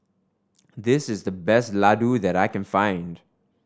this is the best laddu that I can find